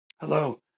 Hello